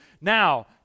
Now